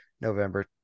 November